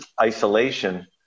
isolation